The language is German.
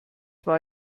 war